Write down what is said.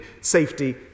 safety